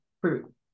fruit